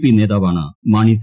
P നേതാവാണ് Mani C